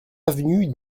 avenue